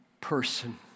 person